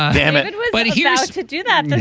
damn it anyway but he has to do that and and